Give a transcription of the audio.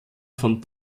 von